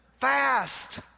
fast